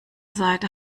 seite